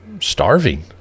starving